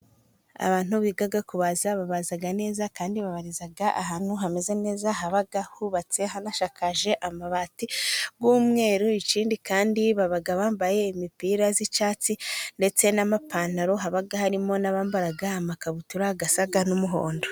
Abantu biga kubaza babaza neza, kandi babariza ahantu hameze neza, haba hubatse hanashakaje amabati y'umweru. Ikindi kandi baba bambaye imipira y'icyatsi, ndetse n'amapantaro, haba harimo n'abambara amakabutura asa n'umuhondo.